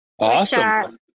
Awesome